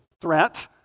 threat